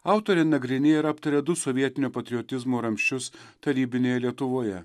autorė nagrinėja ir aptaria du sovietinio patriotizmo ramsčius tarybinėje lietuvoje